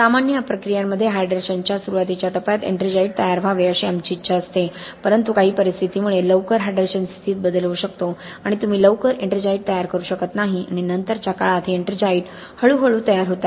सामान्य प्रक्रियांमध्ये हायड्रेशनच्या सुरुवातीच्या टप्प्यात एट्रिंजाइट तयार व्हावे अशी आमची इच्छा असते परंतु काही परिस्थितींमुळे लवकर हायड्रेशन स्थितीत बदल होऊ शकतो आणि तुम्ही लवकर एट्रिंजाइट तयार करू शकत नाही आणि नंतरच्या काळात हे एट्रिंजाइट हळूहळू तयार होतात